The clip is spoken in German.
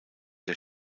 der